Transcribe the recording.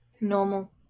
Normal